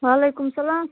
وعلیکُم سلام